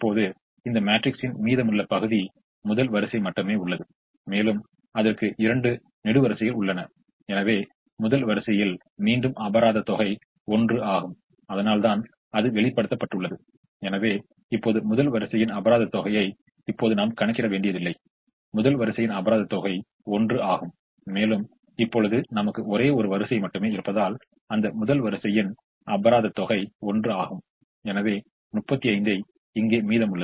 இப்போது stepping stone மெத்தெடை பயன் படுத்தும் பொழுது ஒரு தொடக்கத் தீர்வு தேவைப்படுகிறது மேலும் இதற்கான தொடக்கத் தீர்வு நார்த் வெஸ்ட் கோர்னெர் மெத்தெடிலோ அல்லது மினி காஸ்ட் மெத்தெடிலோ அல்லது பேனலிட்டி காஸ்ட் மெத்தெடிலோ அல்லது வோகல் ஆஃப்ரொக்ஸிமஷன் மெத்தெடிலோ இருக்கலாம் ஒரு தொடக்கத் தீர்வாக ஸ்டெப்பிங் ஸ்டோன் மெத்தெடை கொண்டு ஒதுக்கப்படாத நிலையில் எதையாவது ஒரு யூனிட்டை கொண்டு பூர்த்தி செய்வதின் மூலம் நமக்கு ஒரு நன்மையைத் தருமா என்பதை சரிபார்க்க வேண்டும்